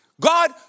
God